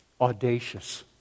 audacious